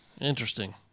Interesting